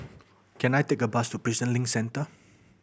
can I take a bus to Prison Link Centre